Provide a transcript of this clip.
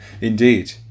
indeed